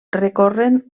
recorren